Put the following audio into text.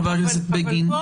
חבר הכנסת בגין,